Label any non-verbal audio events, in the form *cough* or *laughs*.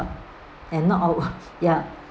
and not on *laughs* ya